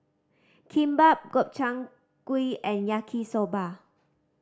Kimbap Gobchang Gui and Yaki Soba